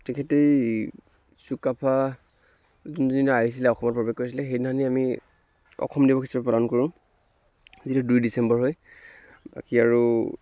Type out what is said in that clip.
তেখেতে এই চুকাফা যোনদিনা আহিছিলে অসমত প্ৰৱেশ কৰিছিলে সেইদিনাখনি আমি অসম দিৱস হিচাপে পালন কৰোঁ যিটো দুই ডিচেম্বৰ হয় বাকী আৰু